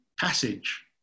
passage